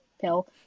pill